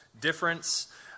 difference